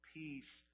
peace